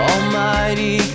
Almighty